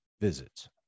visits